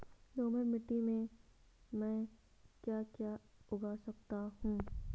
दोमट मिट्टी में म ैं क्या क्या उगा सकता हूँ?